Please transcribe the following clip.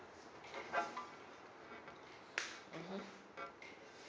mmhmm